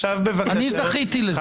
אני זכיתי לזה.